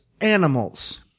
animals